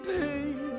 pain